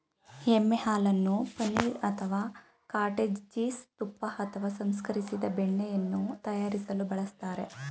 ಎಮ್ಮೆ ಹಾಲನ್ನು ಪನೀರ್ ಅಥವಾ ಕಾಟೇಜ್ ಚೀಸ್ ತುಪ್ಪ ಅಥವಾ ಸಂಸ್ಕರಿಸಿದ ಬೆಣ್ಣೆಯನ್ನು ತಯಾರಿಸಲು ಬಳಸ್ತಾರೆ